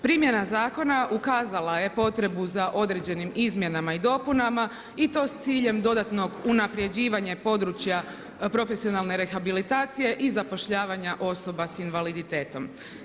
Primjena zakona ukazala je potrebu za određenim izmjenama i dopunama i to s ciljem dodatnog unapređivanja područja profesionalne rehabilitacije i zapošljavanja osoba s invaliditetom.